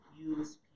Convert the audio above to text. use